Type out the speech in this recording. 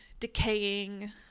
decaying